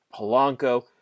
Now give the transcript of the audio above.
Polanco